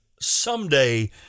someday